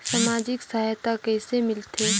समाजिक सहायता कइसे मिलथे?